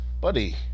Buddy